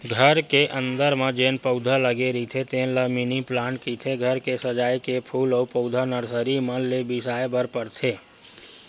घर के अंदर म जेन पउधा लगे रहिथे तेन ल मिनी पलांट कहिथे, घर के सजाए के फूल अउ पउधा नरसरी मन ले बिसाय बर परथे